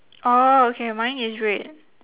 orh okay mine is red